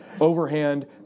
overhand